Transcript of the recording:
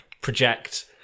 project